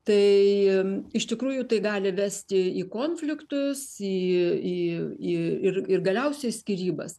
tai iš tikrųjų tai gali vesti į konfliktus į į į ir ir galiausiai skyrybas